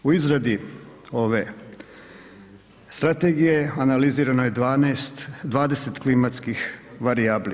U izradi ove strategije analizirano je 12, 20 klimatskih varijabli.